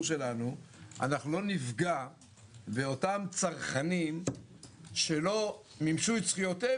שלנו אנחנו לא נפגע באותם צרכנים שלא מימשו את זכויותיהם